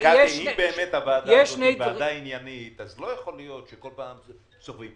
אכן הוועדה עניינית אז לא יכול להיות שבכל פעם זה קורה.